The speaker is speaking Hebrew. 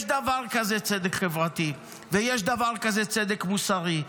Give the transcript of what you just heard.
יש דבר כזה צדק חברתי ויש דבר כזה צדק מוסרי,